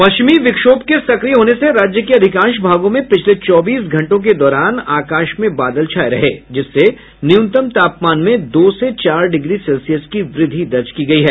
पश्चिमी विक्षोभ के सक्रिय होने से राज्य के अधिकांश भागों में पिछले चौबीस घंटों के दौरान आकाश में बादल छाये रहे जिससे न्यूनतम तापमान में दो से चार डिग्री सेल्सियस की वृद्धि दर्ज की गयी है